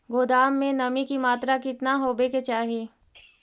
गोदाम मे नमी की मात्रा कितना होबे के चाही?